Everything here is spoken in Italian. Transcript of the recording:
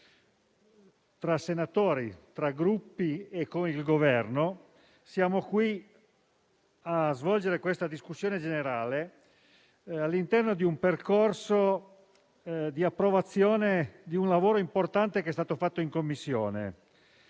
tra senatori, tra Gruppi e con il Governo, siamo qui a svolgere una discussione generale all'interno di un percorso di approvazione del lavoro importante fatto in Commissione.